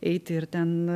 eiti ir ten